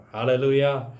Hallelujah